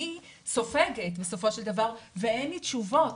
אני סופגת, בסופו של דבר, ואין לי תשובות.